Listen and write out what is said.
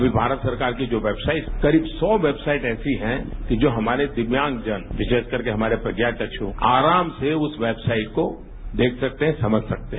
अभी भारत सरकार की जो वेबसाइट करीब सौ वेबसाइट ऐसी है कि जो हमारे दिव्यांगजन विशेष करके हमारे प्रज्ञाचक्ष आराम से उस वेबसाइट को देख सकते है समझ सकते है